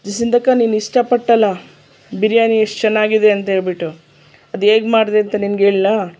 ನೀನು ಇಷ್ಟ ಪಟ್ಟಲ್ಲ ಬಿರಿಯಾನಿ ಎಷ್ಟು ಚೆನ್ನಾಗಿದೆ ಅಂತ ಹೇಳಿಬಿಟ್ಟು ಅದು ಹೇಗೆ ಮಾಡಿದೆ ಅಂತ ನಿನ್ಗೆ ಹೇಳಲಾ